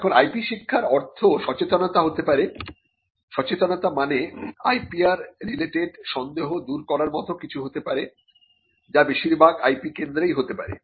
এখন IP শিক্ষার অর্থ সচেতনতা হতে পারে সচেতনতা মানে IPR রিলেটেড সন্দেহ দূর করার মত কিছু হতে পারে যা বেশিরভাগ IP কেন্দ্রেই হতে পারে